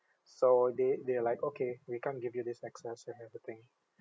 so they they are like okay we can't give you this access and everything